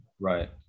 Right